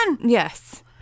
Yes